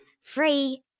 free